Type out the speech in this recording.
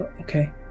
Okay